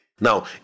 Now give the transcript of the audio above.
Now